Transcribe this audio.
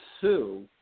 sue